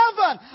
heaven